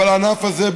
אבל הענף הזה,